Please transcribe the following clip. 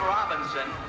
Robinson